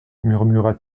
murmura